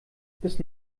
bis